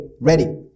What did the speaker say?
ready